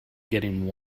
getting